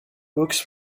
books